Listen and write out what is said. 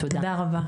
תודה רבה.